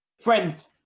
friends